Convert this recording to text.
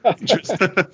interesting